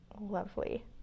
Lovely